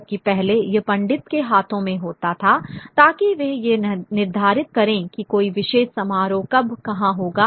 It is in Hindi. जबकि पहले यह पंडित के हाथों में होता था ताकि वे यह निर्धारित करें कि कोई विशेष समारोह कब कहाँ होगा